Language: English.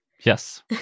Yes